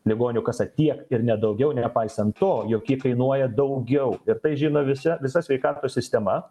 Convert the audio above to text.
ligonių kasa tiek ir ne daugiau nepaisant to jog ji kainuoja daugiau ir tai žino visi visa sveikatos sistema